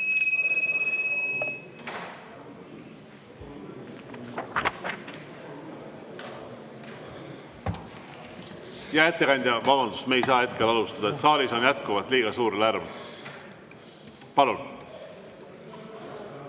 Hea ettekandja, vabandust! Me ei saa hetkel alustada, saalis on jätkuvalt liiga suur lärm. Palun!